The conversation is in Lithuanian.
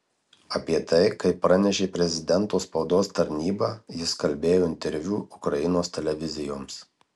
apie tai kaip pranešė prezidento spaudos tarnyba jis kalbėjo interviu ukrainos televizijoms